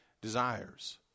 desires